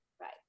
Right